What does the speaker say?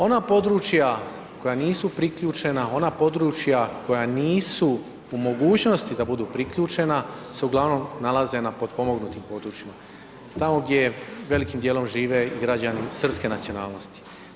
Ona područja koja nisu priključena, ona područja koja nisu u mogućnosti da budu priključena se uglavnom nalaze na potpomognutim područjima, tamo gdje velikim dijelom žive i građani srpske nacionalnosti.